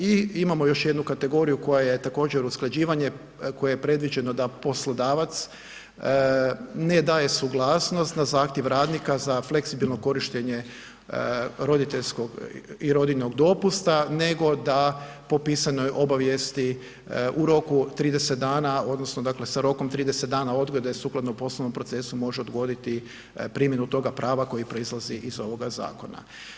I imamo još jednu kategoriju koja je također usklađivanje koje je predviđeno da poslodavac ne daje suglasnost na zahtjev radnika za fleksibilno korištenje roditeljskog i rodiljnog dopusta nego da po pisanoj obavijesti u roku 30 dana odnosno dakle sa rokom 30 dana odgode sukladno poslovnom procesu može odgoditi primjenu toga prava koje proizlazi iz ovoga zakona.